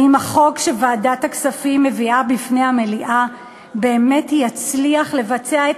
האם החוק שוועדת הכספים מביאה בפני המליאה באמת יצליח לבצע את